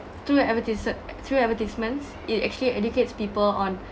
through advertise~ through advertisements it actually educates people on